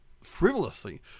frivolously